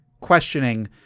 questioning